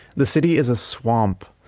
the city is a swamp.